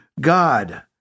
God